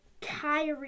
Kyrie